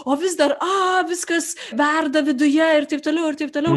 o vis dar aaa viskas verda viduje ir taip toliau ir taip toliau